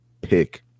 pick